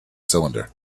cylinder